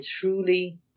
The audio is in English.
truly